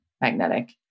magnetic